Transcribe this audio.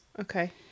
Okay